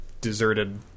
deserted